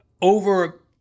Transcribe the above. Over